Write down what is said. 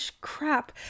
Crap